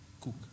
Cook